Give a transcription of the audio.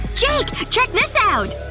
jake! check this out!